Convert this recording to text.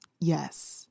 Yes